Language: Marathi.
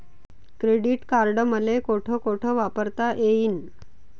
क्रेडिट कार्ड मले कोठ कोठ वापरता येईन?